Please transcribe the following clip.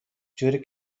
جوری